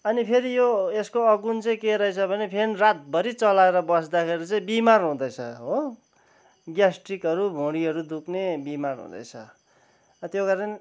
अनि फेरि यो यसको अवगुण चाहिँ के रहेछ भने फ्यान रातभरि चलाएर बस्दाखेरि चाहिँ बिमार हुँदैछ हो ग्याट्रिकहरू भुँडीहरू दुख्ने बिमार हुँदैछ त्यो कारण